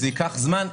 זה ייקח זמן.